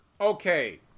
Okay